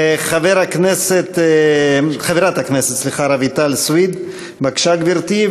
חברת הכנסת רויטל סויד, בבקשה, גברתי.